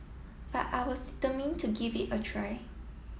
but I was determined to give it a try